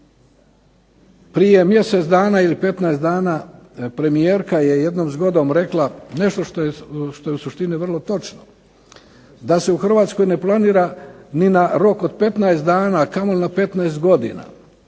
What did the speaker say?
Prije mjesec dana ili 15 dana premijerka je jednom zgodom rekla nešto što je u suštini vrlo točno. Da se u Hrvatskoj ne planira ni na rok od 15 dana, a kamoli na 15 godina.